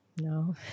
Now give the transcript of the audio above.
No